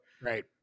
Right